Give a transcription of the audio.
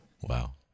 Wow